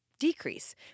decrease